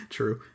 true